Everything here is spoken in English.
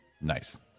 Nice